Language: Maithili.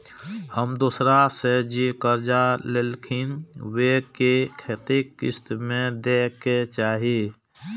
हम दोसरा से जे कर्जा लेलखिन वे के कतेक किस्त में दे के चाही?